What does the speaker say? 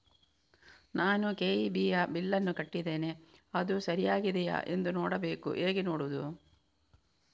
ನಾನು ಕೆ.ಇ.ಬಿ ಯ ಬಿಲ್ಲನ್ನು ಕಟ್ಟಿದ್ದೇನೆ, ಅದು ಸರಿಯಾಗಿದೆಯಾ ಎಂದು ನೋಡಬೇಕು ಹೇಗೆ ನೋಡುವುದು?